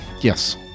yes